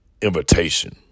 invitation